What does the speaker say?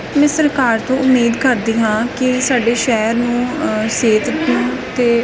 ਮੈਂ ਸਰਕਾਰ ਤੋਂ ਉਮੀਦ ਕਰਦੀ ਹਾਂ ਕਿ ਸਾਡੇ ਸ਼ਹਿਰ ਨੂੰ ਸਿਹਤ ਨੂੰ ਅਤੇ